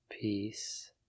Peace